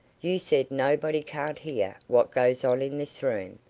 you said nobody can't hear what goes on in this room.